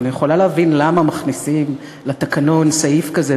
אני יכולה להבין למה מכניסים לתקנון סעיף כזה,